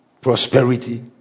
prosperity